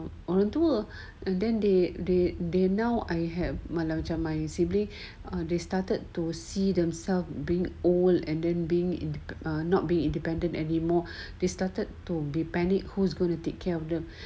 orang tua and then they they they now I have ah ah macam my siblings they started to see themselves being old and then being in a not being independent anymore they started to be panic who's gonna take care of them